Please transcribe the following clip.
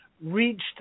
reached